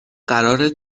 قرارت